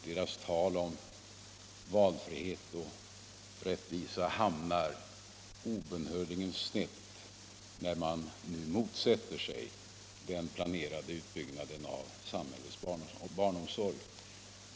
Deras tal om valfrihet och rättvisa hamnar obönhörligen snett när de nu motsätter sig den planerade utbyggnaden av samhällets barnomsorg.